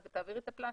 תעבירי את הפלסטיק,